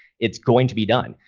it's going to be done.